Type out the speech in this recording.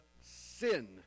sin